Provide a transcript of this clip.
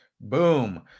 Boom